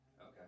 Okay